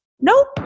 Nope